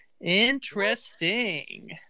Interesting